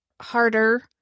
harder